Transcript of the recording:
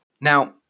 Now